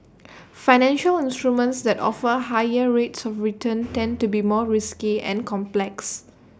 financial instruments that offer higher rates of return tend to be more risky and complex